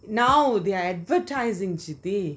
now they are advertising சித்தி:chitti